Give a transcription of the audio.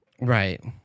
Right